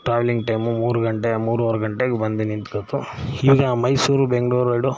travelling time ಮೂರು ಗಂಟೆ ಮೂರುವರೆ ಗಂಟೆಗೆ ಬಂದು ನಿಂತ್ಕೊಳ್ತು ಈಗ ಮೈಸೂರು ಬೆಂಗ್ಳೂರು ರೋಡು